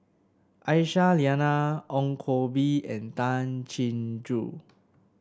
Aisyah Lyana Ong Koh Bee and Tay Chin Joo